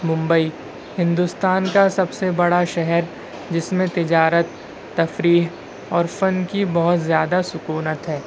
ممبئی ہندوستان کا سب سے بڑا شہر جس میں تجارت تفریح اور فن کی بہت زیادہ سکونت ہے